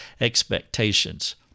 expectations